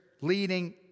leading